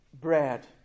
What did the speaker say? bread